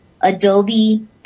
adobe